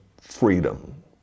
freedom